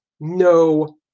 no